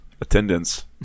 Attendance